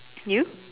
you